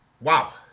Wow